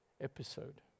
episode